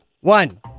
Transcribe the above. one